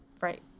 Right